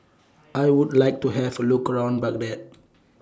I Would like to Have A Look around Baghdad